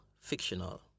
fictional